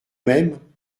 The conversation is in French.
même